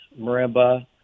marimba